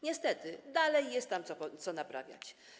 Niestety dalej jest tam co naprawiać.